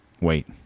Wait